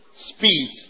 Speed